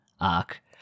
arc